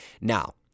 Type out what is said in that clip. Now